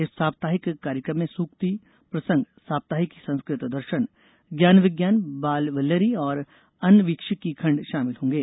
इस साप्ताहिक कार्यक्रम में सुक्ति प्रसंग साप्ताहिकी संस्कृत दर्शन ज्ञान विज्ञान बाल वल्लरी और अनविक्षिकी खंड शामिल होंगे